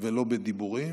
ולא בדיבורים,